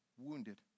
wounded